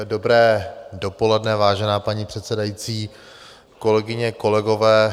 Dobré dopoledne, vážená paní předsedající, kolegyně, kolegové.